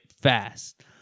fast